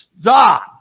Stop